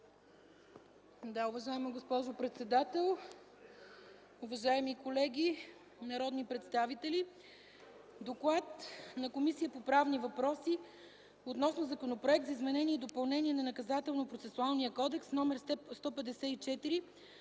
Уважаема госпожо председател, уважаеми колеги народни представители, ще ви запозная с Доклада на Комисията по правни въпроси относно Законопроект за изменение и допълнение на Наказателно-процесуалния кодекс №